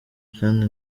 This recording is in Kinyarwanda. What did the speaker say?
kandi